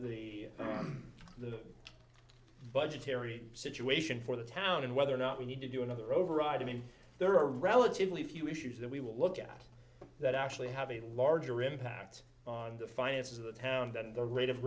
the the budgetary situation for the town and whether or not we need to do another override i mean there are relatively few issues that we will look at that actually have a larger impact on the finances of the town than the rate of